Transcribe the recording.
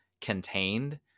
contained